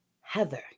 Heather